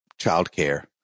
childcare